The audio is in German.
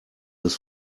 des